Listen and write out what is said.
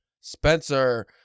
Spencer